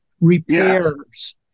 repairs